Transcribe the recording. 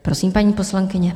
Prosím, paní poslankyně.